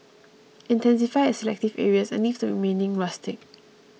intensify at selective areas and leave the remaining rustic